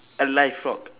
a live frog